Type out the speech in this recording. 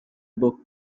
book